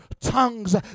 tongues